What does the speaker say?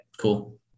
cool